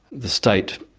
the state,